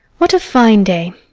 what a fine day!